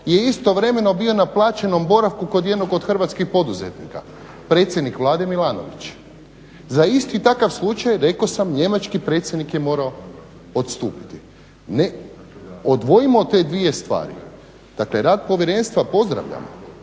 je istovremeno bio na plaćenom boravku kod jednog od hrvatskih poduzetnika, predsjednik Vlade Milanović. Za isti takav slučaj rekao sam njemački predsjednik je morao odstupiti. Odvojimo te dvije stvari. Dakle, rad povjerenstva pozdravljam,